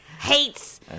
Hates